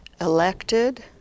elected